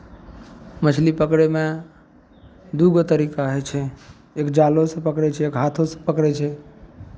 मछली पकड़यमे दू गो तरीका होइ छै एक जालोसँ पकड़ै छै एक हाथोसँ पकड़ै छै